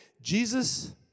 Jesus